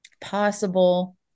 possible